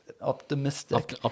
Optimistic